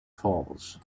falls